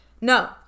no